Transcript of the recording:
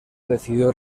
decidió